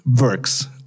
works